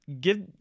Give